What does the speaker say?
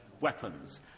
weapons